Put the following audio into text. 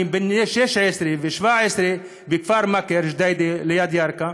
בני 16 ו-17 בכפר ג'דיידה-מכר ליד ירכא,